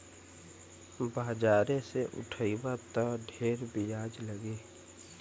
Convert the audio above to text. बाजारे से उठइबा त ढेर बियाज लगी